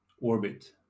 Orbit